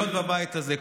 להיות בבית הזה.